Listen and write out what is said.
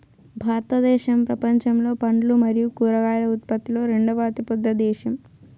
భారతదేశం ప్రపంచంలో పండ్లు మరియు కూరగాయల ఉత్పత్తిలో రెండవ అతిపెద్ద దేశం